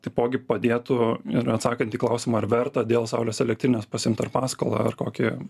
taipogi padėtų ir atsakant į klausimą ar verta dėl saulės elektrinės pasiimt ar paskolą ar kokį